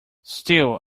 still